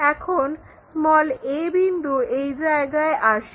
এখন o বিন্দু এই জায়গায় আসে